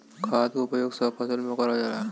खाद क उपयोग सब फसल में करल जाला